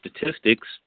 statistics